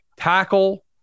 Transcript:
Tackle